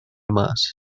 mas